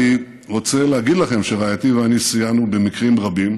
אני רוצה להגיד לכם שרעייתי ואני סייענו במקרים רבים